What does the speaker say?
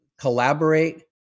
collaborate